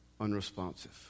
unresponsive